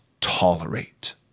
tolerate